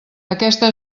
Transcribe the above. aquesta